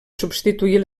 substituir